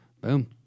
Boom